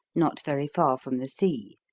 not very far from the sea.